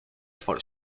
for